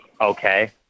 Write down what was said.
Okay